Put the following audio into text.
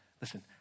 Listen